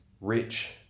rich